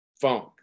funk